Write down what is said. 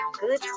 good